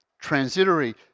transitory